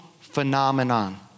phenomenon